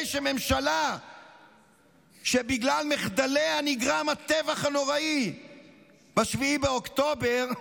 שממשלה שבגלל מחדליה נגרם הטבח הנורא ב-7 באוקטובר,